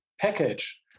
package